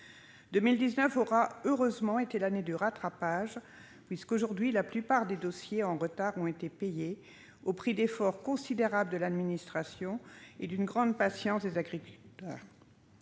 2019 aura, heureusement, été celle du rattrapage, puisque, aujourd'hui, la plupart des dossiers en retard ont été payés, au prix d'efforts considérables de l'administration et d'une grande patience des agriculteurs.